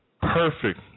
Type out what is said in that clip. perfect